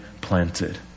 planted